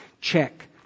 Check